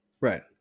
Right